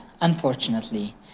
unfortunately